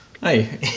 Hey